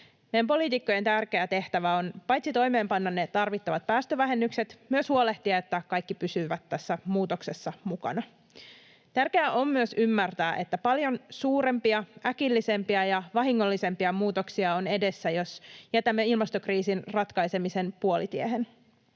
poliitikkojen tärkeä tehtävä on paitsi toimeenpanna ne tarvittavat päästövähennykset myös huolehtia siitä, että kaikki pysyvät tässä muutoksessa mukana. Tärkeää on myös ymmärtää, että paljon suurempia, äkillisempiä ja vahingollisempia muutoksia on edessä, jos jätämme ilmastokriisin ratkaisemisen puolitiehen.